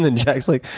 and and jack's like,